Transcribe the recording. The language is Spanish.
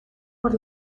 por